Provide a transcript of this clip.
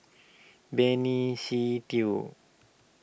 Benny Se Teo